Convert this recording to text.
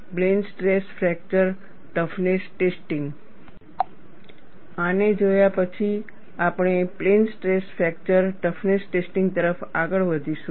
plane stress fracture toughness testing આને જોયા પછી આપણે plane stress fracture toughness testing તરફ આગળ વધીશું